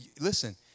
listen